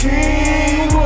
King